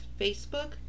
Facebook